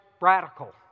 radical